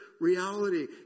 reality